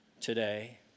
today